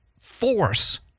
force